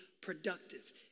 productive